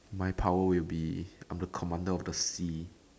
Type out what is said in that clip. my power will be I'm the commander of the sea